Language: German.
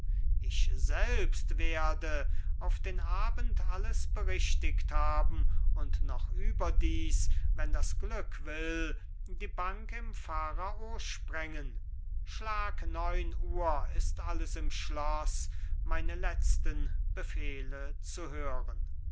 ich selbst werde auf den abend alles berichtigt haben und noch überdies wenn das glück will die bank im pharao sprengen schlag neun uhr ist alles im schloß meine letzten befehle zu hören